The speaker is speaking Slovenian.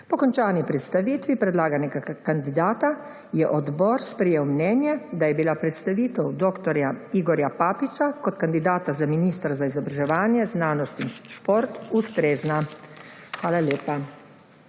Po končani predstavitvi predlaganega kandidata je odbor sprejel mnenje, da je bila predstavitev dr. Igorja Papiča kot kandidata za ministra za izobraževanje, znanost in šport ustrezna. Hvala lepa.